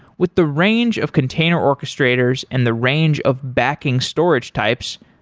with the range of container orchestrators and the range of backing storage types,